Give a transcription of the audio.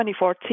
2014